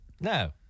No